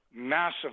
massive